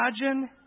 imagine